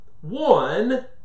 one